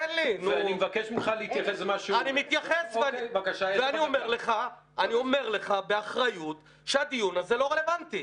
ואני אומר לך, באחריות, שהדיון הזה לא רלבנטי.